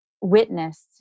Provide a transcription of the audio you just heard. witnessed